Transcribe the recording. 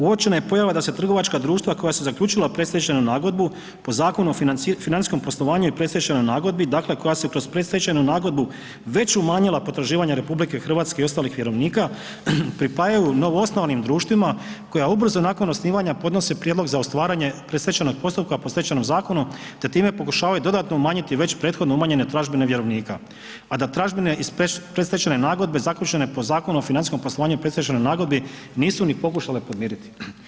Uočena je pojava da se trgovačka društva koja su zaključila predstečajnu nagodbu po Zakonu o financijskom poslovanju i predstečajnoj nagodi, dakle koja se kroz predstečajnu nagodbu već umanjila potraživanja RH i ostalih vjerovnika pripajaju novoosnovanim društvima koja ubrzo nakon osnivanja podnose prijedlog za otvaranje predstečajnog postupka po Stečajnom zakonu, te time pokušavaju dodatno umanjiti već prethodno umanjene tražbine vjerovnika, a da tražbine iz predstečajne nagodbe zaključene po Zakonu o financijskom poslovanju i predstečajnoj nagodi nisu ni pokušale podmiriti.